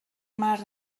mar